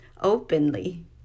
openly